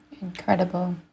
Incredible